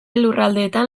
lurraldeetan